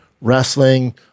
Wrestling